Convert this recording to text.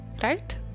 right